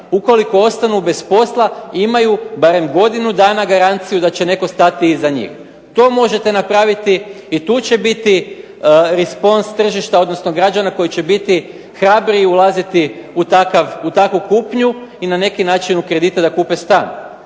ukoliko ostanu bez posla imaju barem godinu dana garanciju da će netko stati iza njih. To možete napraviti i tu će biti respons tržišta, odnosno građana koji će biti hrabriji i ulaziti u takvu kupnju i na neki način od kredita da kupe stan.